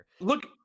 Look